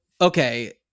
okay